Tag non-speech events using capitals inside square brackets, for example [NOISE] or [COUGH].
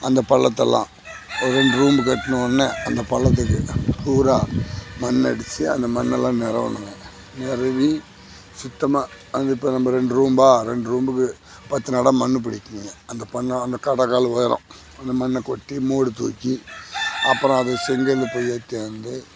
அந்த பள்ளதெல்லாம் ரெண்டு ரூம் கட்டினவொனே அந்த பள்ளத்துக்கு பூரா மண் அடிச்சு அந்த மண்ணெல்லாம் நெரவணுங்க நெரவி சுத்தமாக அந்த இப்போ நம்ப ரெண்டு ரூம் ரெண்டு ரூம்முக்கு பத்து நடை மண் பிடிக்குங்க அந்த [UNINTELLIGIBLE] அந்த கடக்கால் உயரம் அந்த மண்ணை கொட்டி மேடுத்தூக்கி அப்புறம் அது செங்கல் போய் ஏற்றியாந்து